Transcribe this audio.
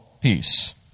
peace